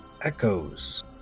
echoes